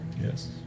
Yes